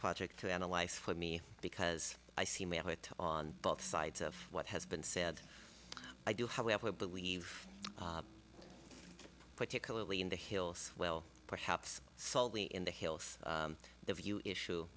project to analyze for me because i see may have it on both sides of what has been said i do however believe particularly in the hills well perhaps solidly in the hills the view issue